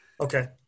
Okay